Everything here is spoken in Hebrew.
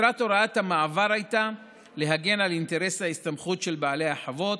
מטרת הוראת המעבר הייתה להגן על אינטרס ההסתמכות של בעלי החוות,